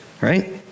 right